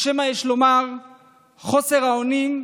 או שמא יש לומר חוסר האונים,